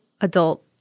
adult